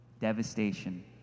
Devastation